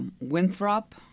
Winthrop